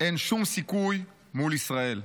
אין שום סיכוי מול ישראל.